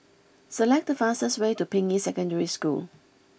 select the fastest way to Ping Yi Secondary School